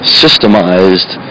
systemized